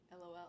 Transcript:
lol